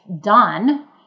done